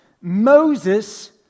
Moses